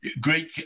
Great